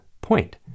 point